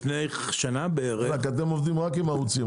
לפני שנה בערך --- אתם עובדים רק עם ערוצים,